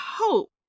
hope